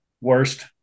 Worst